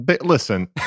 Listen